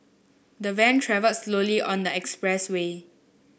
the van travelled slowly on the expressway